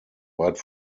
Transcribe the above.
weit